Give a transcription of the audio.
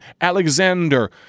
Alexander